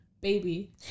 baby